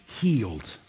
healed